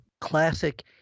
classic